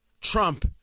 Trump